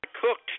cooked